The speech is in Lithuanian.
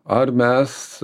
ar mes